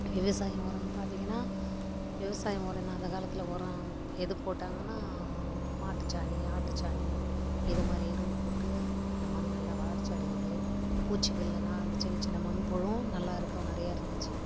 விவசாயம் உரம்னு பார்த்திங்கனா விவசாயம் ஒரம்னு அந்த காலத்தில் உரம் எது போட்டாங்கனா மாட்டுச்சாணி ஆட்டுச்சாணி இது மாதிரி எரு போட்டு அந்த மண் நல்லா வளர்ச்சி அடைஞ்சிது பூச்சிகள்னா அந்த சின்ன சின்ன மண்புழுவும் நல்லா இருக்கும் நிறையா இருந்துச்சு